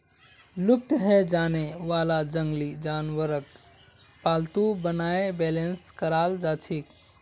लुप्त हैं जाने वाला जंगली जानवरक पालतू बनाए बेलेंस कराल जाछेक